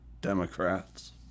Democrats